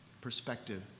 Perspective